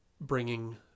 bringing